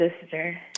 sister